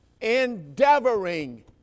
Endeavoring